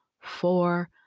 Four